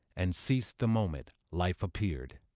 and ceas'd the moment life appear'd.